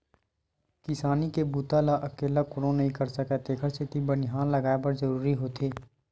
किसानी के बूता ल अकेल्ला कोनो नइ कर सकय तेखर सेती बनिहार लगये बर जरूरीच होथे